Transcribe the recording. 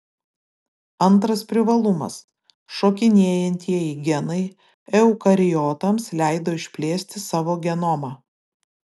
antras privalumas šokinėjantieji genai eukariotams leido išplėsti savo genomą